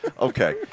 Okay